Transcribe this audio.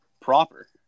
proper